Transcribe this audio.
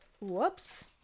whoops